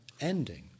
ending